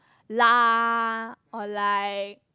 lah or like